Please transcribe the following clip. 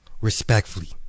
Respectfully